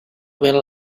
well